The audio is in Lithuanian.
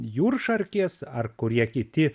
juršarkės ar kurie kiti